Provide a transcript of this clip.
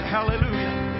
Hallelujah